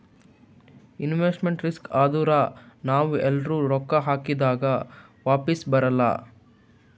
investment risk ಅಂದುರ್ ನಾವ್ ಎಲ್ರೆ ರೊಕ್ಕಾ ಹಾಕ್ದಾಗ್ ವಾಪಿಸ್ ಬರಲ್ಲ